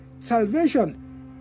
Salvation